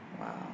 Wow